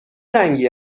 رنگی